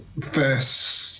first